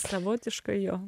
savotiška jo